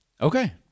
Okay